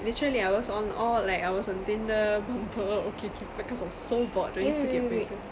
literally I was on all like I was on Tinder Bumble OkCupid because I was so bored during circuit breaker